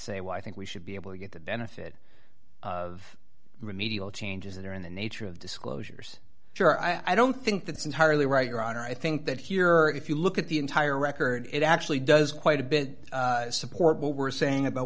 say well i think we should be able to get the benefit of remedial changes that are in the nature of disclosures sure i don't think that's entirely right your honor i think that here if you look at the entire record it actually does quite a bit support what we're saying about